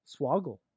Swoggle